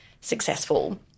successful